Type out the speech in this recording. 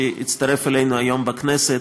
שהצטרף אלינו היום לכנסת.